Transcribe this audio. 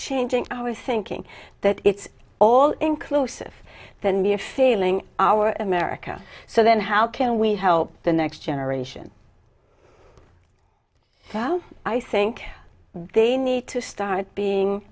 changing our thinking that it's all inclusive then be a failing our america so then how can we help the next generation south i think they need to start being